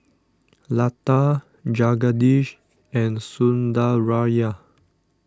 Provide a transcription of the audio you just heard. Lata Jagadish and Sundaraiah